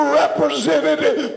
representative